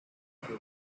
for